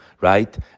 right